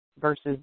versus